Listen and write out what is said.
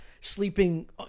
sleeping